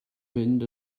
fynd